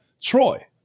troy